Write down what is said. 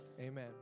amen